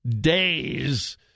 days